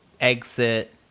exit